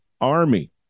army